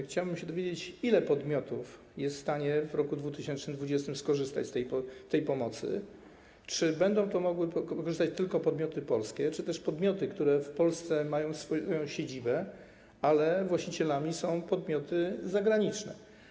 Chciałbym się dowiedzieć, ile podmiotów jest w stanie w roku 2020 skorzystać z tej pomocy, czy będą mogły skorzystać tylko podmioty polskie, czy też podmioty, które w Polsce mają swoją siedzibę, ale właścicielami są podmioty zagraniczne.